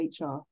HR